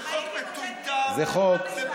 זה לא לכבודי בכלל לדון איתך ולהתווכח איתך על החוק,